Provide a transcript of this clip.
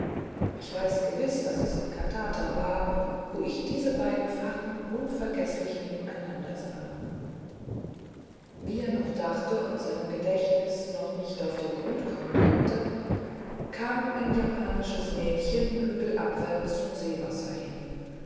ich weiß gewiß daß es in katata war wo ich diese beiden farben unvergeßlich nebeneinander sah wie er noch dachte und seinem gedächtnis noch nicht auf den grund kommen konnte kam ein japanisches mädchen hügelabwärts zum seewasser hin